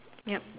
ya